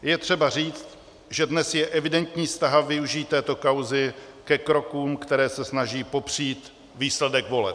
Je třeba říct, že dnes je evidentní snaha využít této kauzy ke krokům, které se snaží popřít výsledek voleb.